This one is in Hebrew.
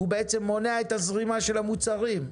הוא בעצם מונע את הזרימה של המוצרים.